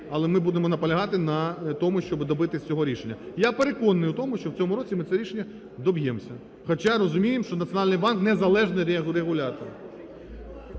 але ми будемо наполягати на тому, щоб добитись цього рішення. Я переконаний у тому, що в цьому році ми цього рішення доб'ємося. Хоча розуміємо, що Національний банк – незалежний регулятор.